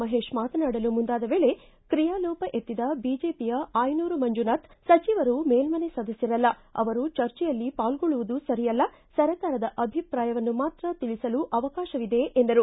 ಮಹೇಶ ಮಾತನಾಡಲು ಮುಂದಾದ ವೇಳೆ ಕ್ರಿಯಾಲೋಪ ಎತ್ತಿದ ಬಿಜೆಪಿಯ ಆಯನೂರು ಮಂಜುನಾಥ ಸಚಿವರು ಮೇಲ್ನನೆ ಸದಸ್ತರಲ್ಲ ಅವರು ಚರ್ಚೆಯಲ್ಲಿ ಪಾಲ್ಗೊಳ್ಳುವುದು ಸರಿಯಲ್ಲ ಸರ್ಕಾರದ ಅಭಿಪ್ರಾಯವನ್ನು ಮಾತ್ರ ತಿಳಿಸಲು ಅವಕಾಶವಿದೆ ಎಂದರು